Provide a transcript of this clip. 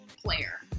player